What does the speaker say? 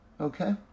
okay